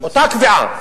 אותה קביעה.